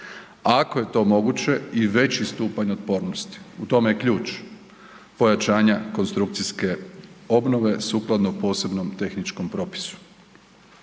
ako je to moguće i veći stupanj otpornosti, u tome je ključ pojačanja konstrukcijske obnove sukladno posebnom tehničkom propisu.